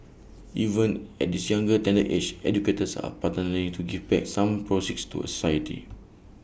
even at this younger tender age educators are partnering to give back some proceeds to society